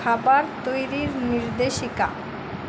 খাবার তৈরির নির্দেশিকা